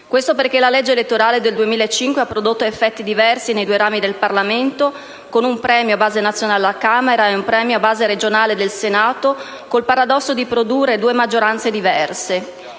Questo perché la legge elettorale del 2005 ha prodotto effetti diversi nei due rami del Parlamento: un premio a base nazionale alla Camera dei deputati e un premio a base regionale al Senato hanno determinato il paradosso di produrre due maggioranze diverse.